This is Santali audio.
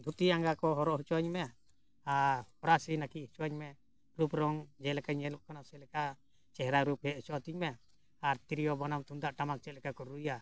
ᱫᱷᱩᱛᱤ ᱟᱸᱜᱟ ᱠᱚ ᱦᱚᱨᱚᱜ ᱦᱚᱪᱚᱣᱟᱹᱧᱼᱢᱮ ᱟᱨ ᱦᱚᱨᱟᱥᱤ ᱱᱟᱹᱠᱤᱡ ᱦᱚᱪᱚᱣᱟᱹᱧᱼᱢᱮ ᱨᱩᱯ ᱨᱚᱝ ᱡᱮᱞᱮᱠᱟᱧ ᱧᱮᱞᱚᱜ ᱠᱟᱱᱟ ᱪᱮᱫ ᱞᱮᱠᱟ ᱪᱮᱦᱨᱟ ᱨᱩᱯ ᱦᱮᱡ ᱦᱚᱪᱚᱣᱟᱹᱛᱤᱧ ᱢᱮ ᱟᱨ ᱛᱤᱨᱭᱳ ᱵᱟᱱᱟᱢ ᱛᱩᱢᱫᱟᱜ ᱴᱟᱢᱟᱠ ᱪᱮᱫ ᱞᱮᱠᱟ ᱠᱚ ᱨᱩᱭᱟ